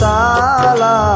Sala